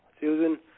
Susan